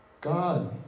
God